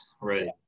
right